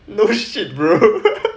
no shit bro